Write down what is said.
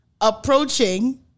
approaching